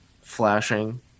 flashing